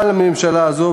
אבל הממשלה הזאלת,